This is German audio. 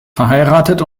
verheiratet